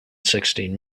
sixteen